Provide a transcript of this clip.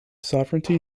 sovereignty